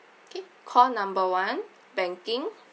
K call number one banking